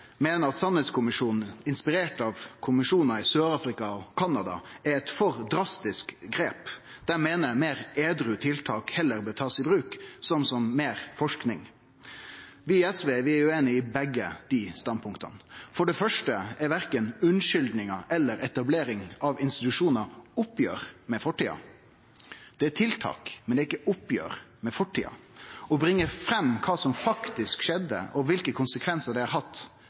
meiner at sanningskommisjonen, inspirert av kommisjonar i Sør-Afrika og Panama, er eit for drastisk grep. Dei meiner meir edruelege tiltak heller bør takast i bruk, som meir forsking. Vi i SV er ueinige i begge standpunkta. For det første er verken unnskyldningar eller etablering av institusjonar oppgjer med fortida. Det er tiltak, men det er ikkje oppgjer med fortida. Å bringe fram kva som faktisk skjedde, og kva for konsekvensar det har hatt,